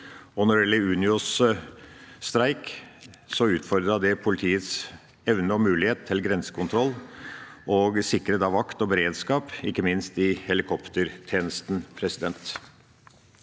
Når det gjelder Unios streik, utfordret det politiets evne og mulighet til grensekontroll og til å sikre vakt og beredskap, ikke minst i helikoptertjenesten. Vi fikk to